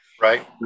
Right